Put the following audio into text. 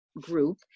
group